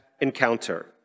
encounter